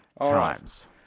Times